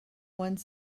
one